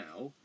now